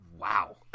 Wow